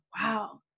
wow